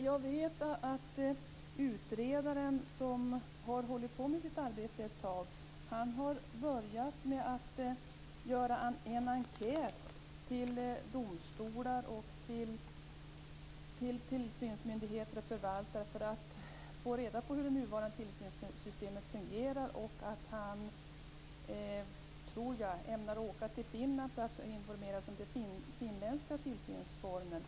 Jag vet att utredaren, som nu hållit på med sitt arbete ett tag, har börjat med en enkät till domstolar och tillsynsmyndigheter och förvaltare för att få reda på hur det nuvarande tillsynssystemet fungerar. Han ämnar att åka till Finland för att informera sig om den finländska tillsynsformen.